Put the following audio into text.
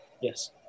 yes